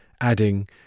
adding